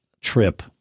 trip